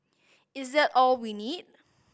is that all we need